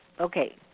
Okay